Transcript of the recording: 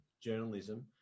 journalism